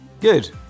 Good